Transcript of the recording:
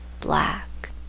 black